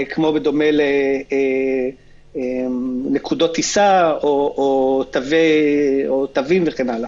כמו בדומה לנקודות טיסה או תווים וכן הלאה.